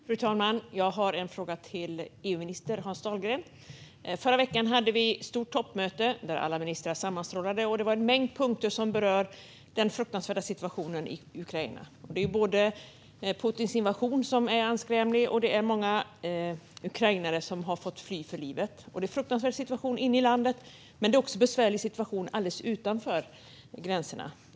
Fru talman! Jag har en fråga till EU-minister Hans Dahlgren. Förra veckan hade EU ett stort toppmöte där alla regeringschefer sammanstrålade, och det var en mängd punkter som rörde den fruktansvärda situationen i Ukraina. Putins invasion är anskrämlig, och många ukrainare har fått fly för livet. Det är en fruktansvärd situation i landet. Men det är också en besvärlig situation alldeles utanför gränserna.